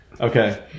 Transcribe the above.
Okay